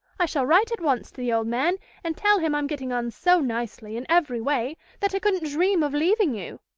i shall write at once to the old man and tell him i'm getting on so nicely in every way that i couldn't dream of leaving you.